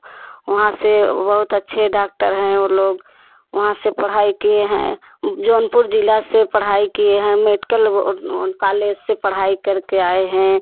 वहाँ से बहुत अच्छे डॉक्टर हैं वे लोग वहाँ से पढ़ाई किए हैं जौनपुर जिला से पढ़ाई किए हैं मेडिकल कॉलेज से पढ़ाई करके आए हैं